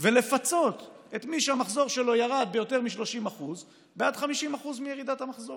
ולפצות את מי שהמחזור שלו ירד ביותר מ-30% בעד 50% מירידת המחזור.